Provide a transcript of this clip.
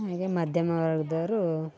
ಹಾಗೆ ಮಧ್ಯಮ ವರ್ಗದೋರು